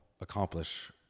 accomplish